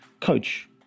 coach